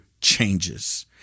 changes